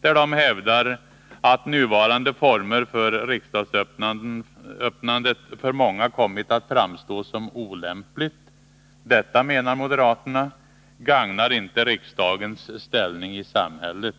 där de hävdar att nuvarande former för riksdagsöppnandet för många kommit att framstå som olämpliga. Detta, menar moderaterna, gagnar inte riksdagens ställning i samhället.